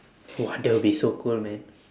!wah! that would be so cool man